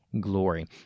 glory